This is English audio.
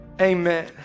amen